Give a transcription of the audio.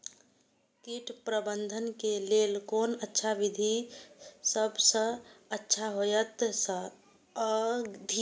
कीट प्रबंधन के लेल कोन अच्छा विधि सबसँ अच्छा होयत अछि?